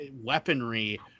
weaponry